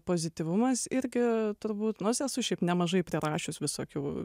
pozityvumas irgi turbūt nors esu šiaip nemažai prirašius visokių